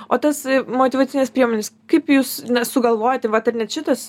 o tas motyvacines priemones kaip jūs na sugalvojate vat ir net šitas